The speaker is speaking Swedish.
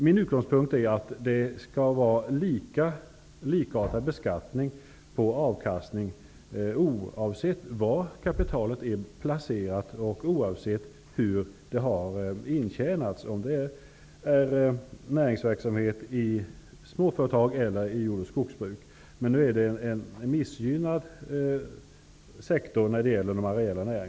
Min utgångspunkt är att det skall vara likartad beskattning på avkastning oavsett var kapitalet är placerat och oavsett hur det har intjänats -- om det är genom näringsverksamhet i småföretag eller i jord och skogsbruk. Nu utgör de areella näringarna en missgynnad sektor. Det är inte riktigt bra.